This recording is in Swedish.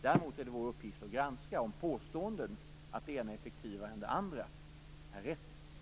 Däremot är det vår uppgift att granska om påståenden om att det ena är effektivare än det andra är riktiga eller felaktiga.